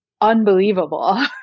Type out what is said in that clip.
unbelievable